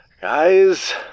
Guys